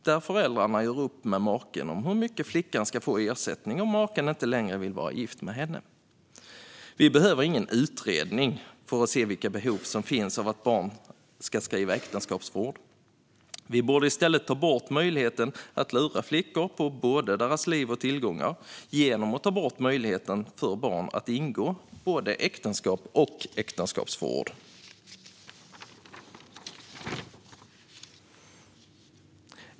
Där gör föräldrarna upp med maken om hur mycket flickan ska få i ersättning om maken inte längre vill vara gift med henne. Vi behöver ingen utredning för att se vilket behov som finns av att barn ska kunna skriva äktenskapsförord. Vi borde i stället ta bort möjligheten att lura flickor på deras liv och tillgångar genom att ta bort möjligheten för barn att ingå både äktenskap och äktenskapsförord.